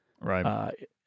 right